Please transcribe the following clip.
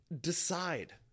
decide